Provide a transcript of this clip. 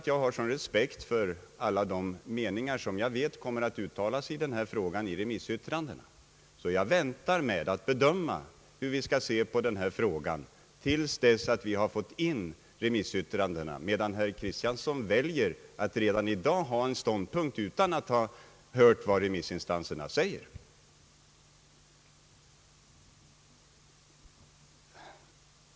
Jag har sådan respekt för alla de remissinstanser som jag vet kommer att uttala sig om denna fråga i remissyttrandena, att jag väntar med att bedöma hur vi skall se på den till dess vi har fått in remissyttrandena, medan herr Kristiansson väljer att redan i dag ha en ståndpunkt utan att ha hört vad remissinstanserna säger.